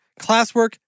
classwork